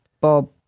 Bob